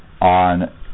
on